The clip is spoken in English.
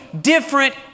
different